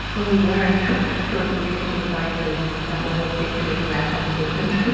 when we learn from research and the sciences that, while we think we're making rational decisions,